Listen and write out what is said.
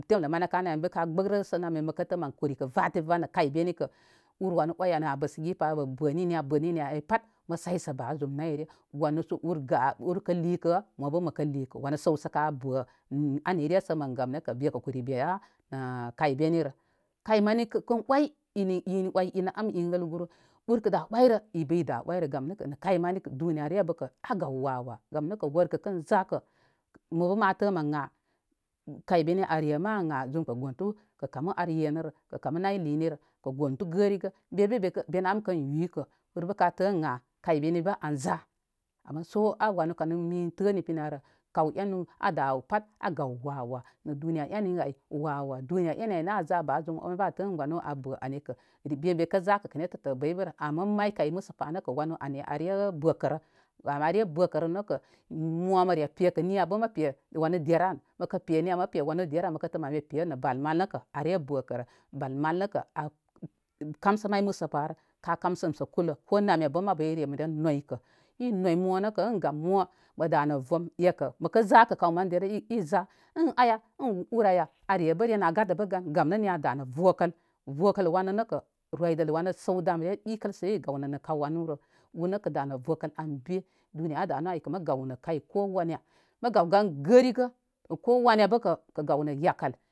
Temlə mani ka niya bə ka gbə grə sə nama məkə tə mən kuri kə və tin və nə kəy beni kə ur wanə oy ani a bəsə gi paya wo bə ninniya ə ninniya ay pat mə saysə ba zum nəyre. Wanə sə ur ga urkə likə mo bə məkə likə wanə gəwsə ka bə anire sə mən gam nəkə be kə kuri beya kay benirə kay mani kən oy inə in oy inə am in əlguru. Ur kəda oyrə i bə ida oyrə' gam nəkə nə kay mani kə duniya rəre a gaw wa'wa' gam nəkə wərkə kən za kə mobə ma tə mən ən hh kay beni an re' ma hh zum kə gontu kə kamu ar yenərə kə kamu nay linirə kə gontu gərigə be bə ben am kən yu kə urbə kə tə ən hin kay beni bə an za'. Ama so a' wanə kanə min tə nipi narə kaw enu a da waw pat a gaw wa' wa' nə duniya enun ay wa'wa'. Duniya endu ay an za ba zum an tə ən wanu an bə ani kə be bekə zakə netətə a bəybərə ama may kay məsə pa nəkə wanə ani are bəkərə. Gam are bəkərə nəkə mo mə re pekə niya bə wanə derə an məkə pe niya mə pe wanə derə an məkə tə mə mə pe nə bal mal nəkə are bəkərə. Bal mal nəkə kamsə may məsə pa rə. Ka kamsə sə kulə. ko namə bə mabu ire mə ren noykə. i noy mo nəkə ən gam mo mədə nə vəm ekə məkə zakə kaw manə derə in iza in aya? Ən ur ayya? Are bə ren a gadə bə gan. Gamnə niya da nə vəkəl. Vəkəl wanə nəkə roydəl wanə səw damre ɓikəl səl gaw nə kaw wanurə ur nə kə danə vəkəl anbi. Duniya a danu aykə mə mə gaw nə kai ko wana mə gaw gan gərigə kowane bə kə kə gawnə yakəl.